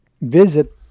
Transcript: visit